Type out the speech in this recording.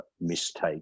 mistake